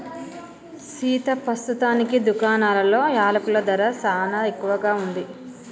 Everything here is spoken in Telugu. సీతా పస్తుతానికి దుకాణాలలో యలకుల ధర సానా ఎక్కువగా ఉంది